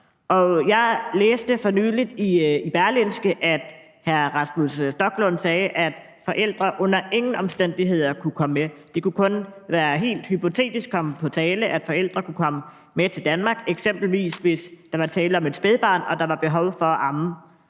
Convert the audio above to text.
Og jeg læste for nylig i Berlingske, at hr. Rasmus Stoklund sagde, at forældre under ingen omstændigheder kunne komme med; det kunne kun helt hypotetisk komme på tale, at forældre kunne komme med til Danmark, eksempelvis hvis der var tale om et spædbarn og der var behov for at amme.